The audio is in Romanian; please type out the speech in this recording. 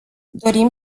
dorim